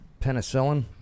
Penicillin